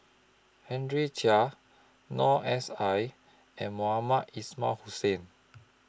Henry Chia Noor S I and Mohamed Ismail Hussain